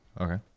okay